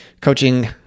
coaching